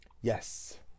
Yes